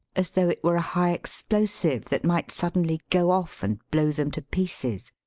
as though it were a high explosive that might suddenly go off and blow them to pieces.